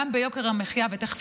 גם ביוקר המחיה ותכף,